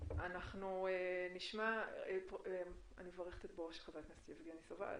אני מברכת על בואו של חבר הכנסת יבגני סובה.